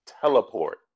teleport